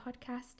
podcast